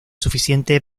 suficiente